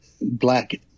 Black